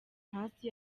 hasi